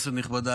כנסת נכבדה,